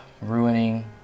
ruining